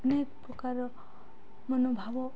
ଅନେକ ପ୍ରକାରର ମନୋଭାବ